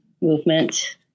movement